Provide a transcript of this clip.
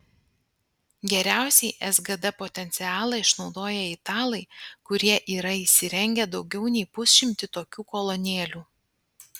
geriausiai sgd potencialą išnaudoja italai kurie yra įsirengę daugiau nei pusšimtį tokių kolonėlių